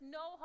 no